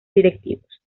directivos